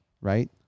right